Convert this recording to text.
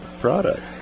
product